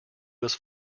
was